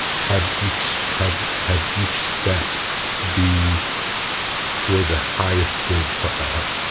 have each, have have each step be for the highest good for all.